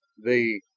the.